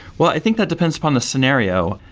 well, i think that depends upon the scenario.